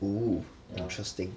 oh interesting